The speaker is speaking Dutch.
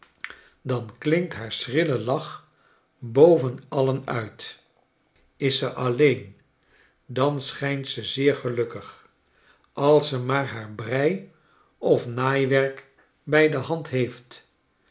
dan klinkt haar schrille lach boven alien uit fl is ze alleen dan schijnt ze zeer gelukkig als ze maar haar brei of naaiwerk bij de hand heeft